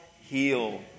heal